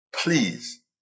please